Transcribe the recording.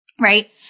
Right